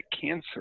cancer